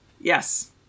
Yes